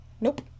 nope